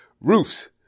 roofs